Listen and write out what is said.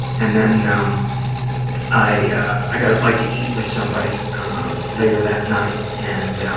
and then um i yeah i got a bite to eat with somebody later that night and